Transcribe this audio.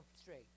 straight